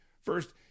first